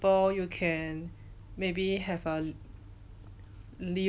you can maybe have a little